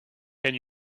can